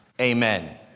Amen